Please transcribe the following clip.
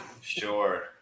Sure